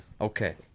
Okay